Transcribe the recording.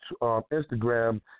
Instagram